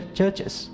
churches